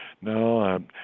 no